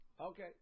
Okay